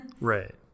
Right